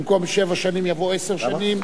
במקום שבע שנים יבוא עשר שנים.